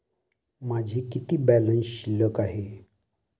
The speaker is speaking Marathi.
माझा किती बॅलन्स शिल्लक आहे?